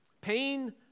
Pain